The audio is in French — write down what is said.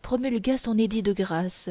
promulgua son édit de grâce